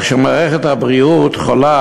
אבל כשמערכת הבריאות חולה,